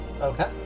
Okay